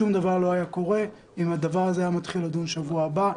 שום דבר לא היה קורה אם הדבר הזה היה מתחיל להידון בשבוע הבא.